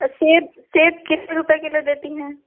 आ सेब सेब कितने रुपये किलो देती हैं